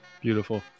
Beautiful